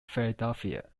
philadelphia